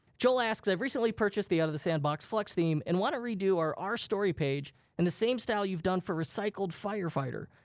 joel asks, i recently purchased the out of the sandbox flex theme and wanna redo our our story page in and the same style you've done for recycled firefighter.